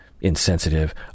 insensitive